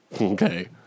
Okay